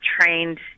trained